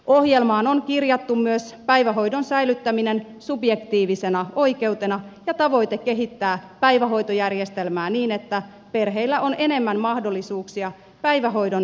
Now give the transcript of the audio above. ohjelmaan on kirjattu myös päivähoidon säilyttäminen subjektiivisena oikeutena ja tavoite kehittää päivähoitojärjestelmää niin että perheillä on enemmän mahdollisuuksia päivähoidon joustavampaan käyttöön